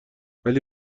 ولی